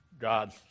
God